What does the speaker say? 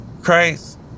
Christ